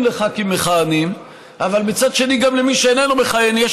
לחברי כנסת מכהנים אבל מצד שני גם למי שאיננו מכהן יש